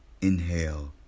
Inhale